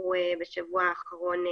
שנערכו בשבוע האחרון במשרד.